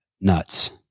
Nuts